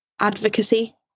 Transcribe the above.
advocacy